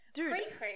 Dude